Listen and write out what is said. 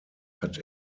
hat